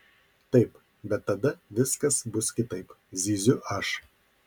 taip bet tada viskas bus kitaip zyziu aš